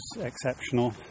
exceptional